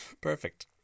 Perfect